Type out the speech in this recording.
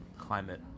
Climate